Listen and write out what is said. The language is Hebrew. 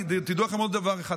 תדעו לכם עוד דבר אחד,